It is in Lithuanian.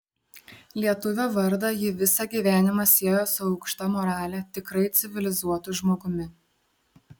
lietuvio vardą ji visą gyvenimą siejo su aukšta morale tikrai civilizuotu žmogumi